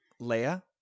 Leia